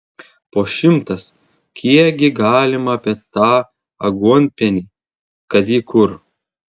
po šimtas kiekgi galima apie tą aguonpienį kad jį kur